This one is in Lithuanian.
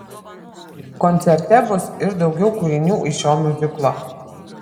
koncerte bus ir daugiau kūrinių iš šio miuziklo